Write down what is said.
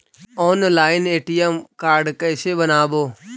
Online ATM card कैसे बनाबौ?